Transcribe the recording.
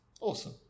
Awesome